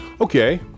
okay